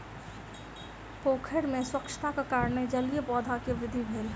पोखैर में स्वच्छताक कारणेँ जलीय पौधा के वृद्धि भेल